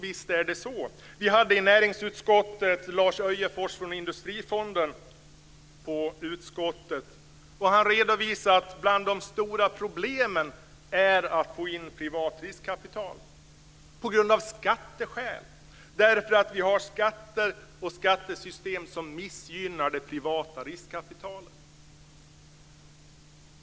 Vi har till näringsutskottet kallat Lars Öjefors från Industrifonden, som redovisade att till de stora problemen hör att få in privat riskkapital. Skälet härtill är att vi har ett skattesystem som missgynnar det privata riskkapitalet.